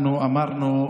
אנחנו אמרנו,